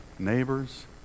Neighbors